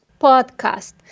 podcast